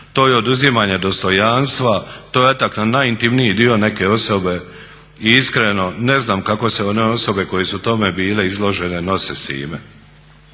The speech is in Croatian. to je oduzimanje dostojanstva, to je atak na najintimniji dio neke osobe i iskreno ne znam kako se one osobe koje su tome bile izložene nose s time.